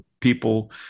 people